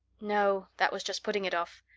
no, that was just putting it off.